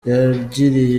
yagiriye